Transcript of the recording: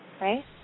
right